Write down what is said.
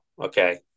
Okay